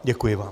Děkuji vám.